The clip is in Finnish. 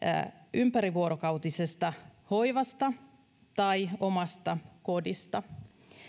ympärivuorokautisesta hoidosta tai omasta kodista